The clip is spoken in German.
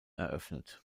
eröffnet